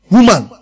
Woman